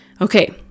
Okay